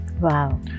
Wow